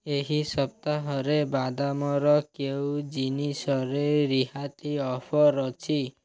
ଏହି ସପ୍ତାହରେ ବାଦାମର କେଉଁ ଜିନିଷରେ ରିହାତି ଅଫର୍ ଅଛି